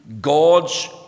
God's